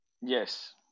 Yes